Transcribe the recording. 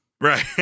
Right